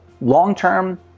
long-term